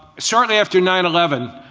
shortly after nine eleven,